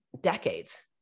decades